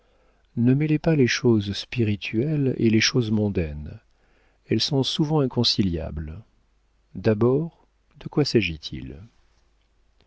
ne mêlez pas les choses spirituelles et les choses mondaines elles sont souvent inconciliables d'abord de quoi s'agit-il